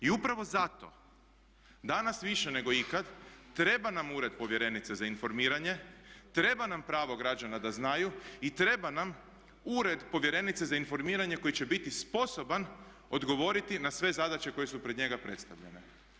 I upravo zato danas više nego ikad treba nam ured povjerenice za informiranje, treba nam pravo građana da znaju i treba nam ured povjerenice za informiranje koji će biti sposoban odgovoriti na sve zadaće koje su pred njega predstavljene.